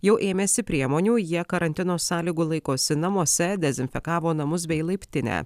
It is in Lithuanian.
jau ėmėsi priemonių jie karantino sąlygų laikosi namuose dezinfekavo namus bei laiptinę